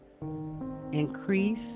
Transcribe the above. increase